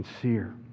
sincere